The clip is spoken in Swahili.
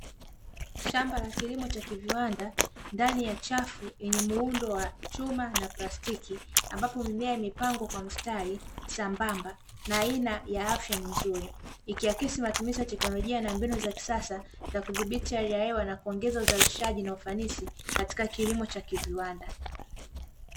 Shamba la kilimo cha kiviwanda ndani ya chafu yenye muundo wa chuma na plastiki ambapo mimea imepangwa kwa mistari sambamba na aina ya afya ni nzuri, ikiakisi matumizi ya teknolojia na mbinu za kisasa za kudhibiti hali ya hewa na kuongeza uzalishaji na ufanisi katika kilimo cha kiviwanda.